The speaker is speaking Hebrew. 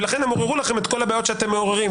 ולכן הם עוררו לכם את כל הבעיות שאתם מעוררים.